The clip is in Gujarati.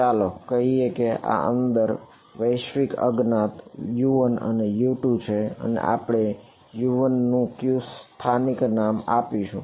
ચાલો કહીએ કે આ ની અંદર વૈશ્વિક અજ્ઞાત U1 અને U2 છે અને આપણે U1 માટે કયું સ્થાનિક નામ આપશું